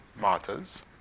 martyrs